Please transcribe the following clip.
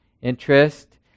Interest